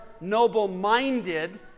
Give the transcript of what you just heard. noble-minded